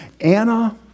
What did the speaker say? Anna